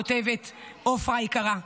כותבת עופרה היקרה,